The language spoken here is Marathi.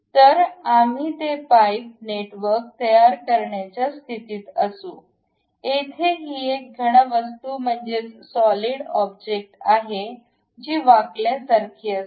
तर आम्ही ते पाईप नेटवर्क तयार करण्याच्या स्थितीत असू येथे ही एक घन वस्तू म्हणजेच सॉलिड ऑब्जेक्ट आहे जी वाकल्यासारखे असते